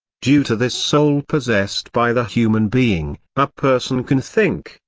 due to this soul possessed by the human being, a person can think,